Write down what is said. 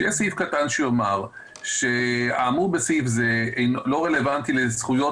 יהיה סעיף קטן שיאמר שהאמור בסעיף זה לא רלוונטי לזכויות